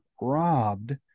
robbed